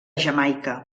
jamaica